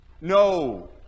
No